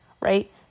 right